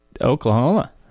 oklahoma